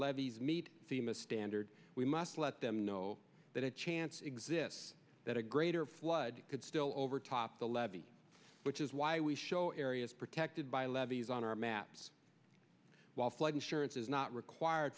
levees meet themis standards we must let them know that a chance exists that a greater flood could still overtopped the levee which is why we show areas protected by levees on our maps while flood insurance is not required